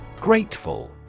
Grateful